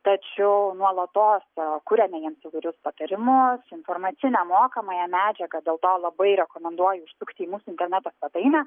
tačiau nuolatos kuriame jiems įvairius patarimus informacinę mokomąją medžiagą dėl to labai rekomenduoju užsukti į mūsų interneto svetainę